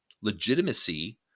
legitimacy